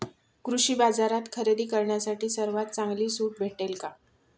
कृषी बाजारात खरेदी करण्यासाठी सर्वात चांगली सूट भेटेल का?